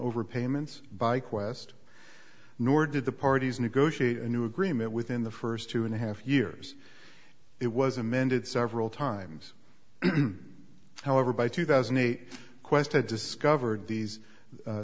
overpayments by qwest nor did the parties negotiate a new agreement within the first two and a half years it was amended several times however by two thousand and eight qwest had discovered these